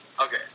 Okay